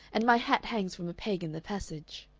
and my hat hangs from a peg in the passage.